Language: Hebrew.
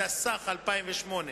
התשס"ח-2008.